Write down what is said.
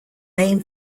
main